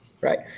Right